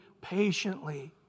patiently